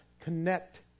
connect